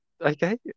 okay